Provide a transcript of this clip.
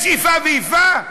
יש איפה ואיפה?